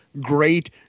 great